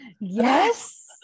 yes